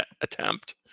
attempt